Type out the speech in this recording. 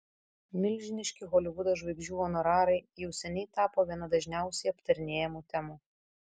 milžiniški holivudo žvaigždžių honorarai jau seniai tapo viena dažniausiai aptarinėjamų temų